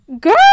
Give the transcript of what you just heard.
Girl